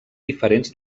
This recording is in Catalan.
diferents